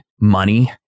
money